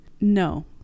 No